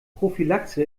prophylaxe